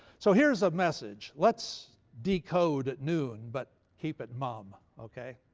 so here's a message let's decode at noon but keep it mum. okay?